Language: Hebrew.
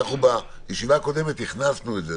בישיבה הקודמת הכנסנו את זה,